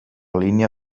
línia